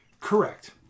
correct